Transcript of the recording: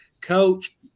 coach